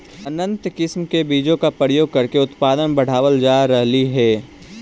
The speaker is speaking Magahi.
उन्नत किस्म के बीजों का प्रयोग करके उत्पादन बढ़ावल जा रहलइ हे